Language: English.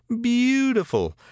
beautiful